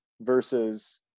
versus